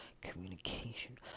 communication